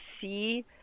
see